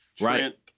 right